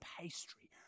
pastry